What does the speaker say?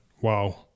wow